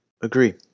agree